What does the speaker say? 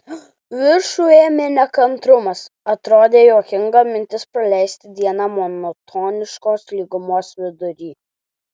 viršų ėmė nekantrumas atrodė juokinga mintis praleisti dieną monotoniškos lygumos vidury